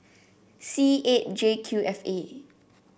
C eight J Q F A